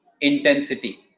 intensity